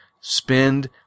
spend